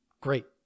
Great